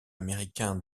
américain